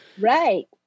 Right